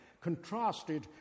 contrasted